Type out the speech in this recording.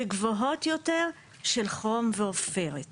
וגבוהות יותר של כרום ועופרת.